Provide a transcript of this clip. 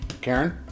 Karen